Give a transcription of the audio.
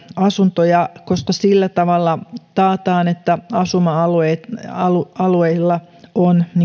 asuntoja koska sillä tavalla taataan että asuma alueilla on